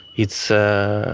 it's a,